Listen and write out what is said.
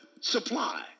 supply